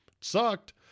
Sucked